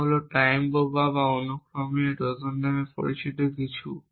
তা হল টাইম বোমা বা অনুক্রমিক ট্রোজান নামে পরিচিত কিছু